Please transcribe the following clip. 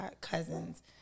cousins